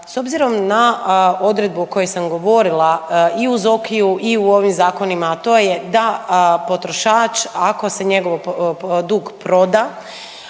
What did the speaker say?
S obzirom na odredbu koju sam govorila i u ZOK-iu i u ovim zakonima, a to je da potrošač ako se njegov dug proda